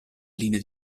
linea